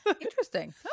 Interesting